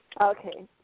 Okay